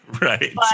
Right